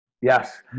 Yes